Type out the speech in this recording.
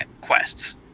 quests